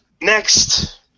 Next